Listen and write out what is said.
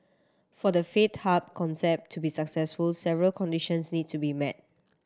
for the faith hub concept to be successful several conditions need to be met